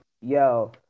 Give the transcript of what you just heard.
Yo